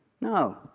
No